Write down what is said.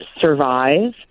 survive